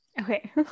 Okay